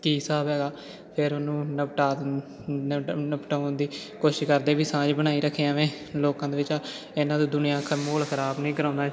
ਕੀ ਹਿਸਾਬ ਹੈਗਾ ਫਿਰ ਉਹਨੂੰ ਨਿਪਟਾ ਨਿਪਟਾਉਣ ਦੀ ਕੋਸ਼ਿਸ਼ ਕਰਦੇ ਵੀ ਸਾਂਝ ਬਣਾਈ ਰੱਖੇ ਐਵੇਂ ਲੋਕਾਂ ਦੇ ਵਿੱਚ ਇੰਨਾ ਦੁਨੀਆ ਦਾ ਮਾਹੌਲ ਖ਼ਰਾਬ ਨਹੀਂ ਕਰਾਉਣਾ